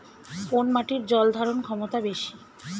কোন মাটির জল ধারণ ক্ষমতা বেশি?